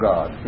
God